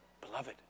Beloved